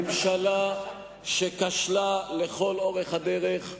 ממשלה שכשלה לכל אורך הדרך,